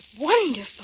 wonderful